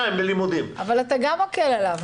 אבל אתה גם מקל עליו,